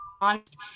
honest